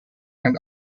and